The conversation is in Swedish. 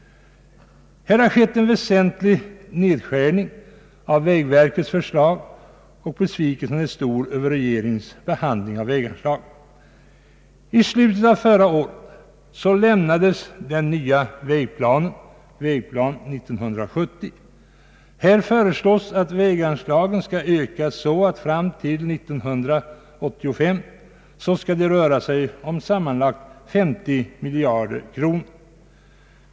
Här har skett en väsentlig nedskärning av vägverkets förslag, och besvikelsen är stor över regeringens behandling av väganslagen. I slutet av förra året lämnades den nya vägplanen, Vägplan 1970. Där föreslås att väganslagen skall ökas så att de fram till 1985 skall röra sig om 50 miljarder kronor.